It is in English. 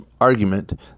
argument